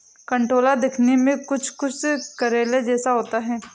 कंटोला दिखने में कुछ कुछ करेले जैसा होता है